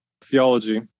theology